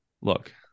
Look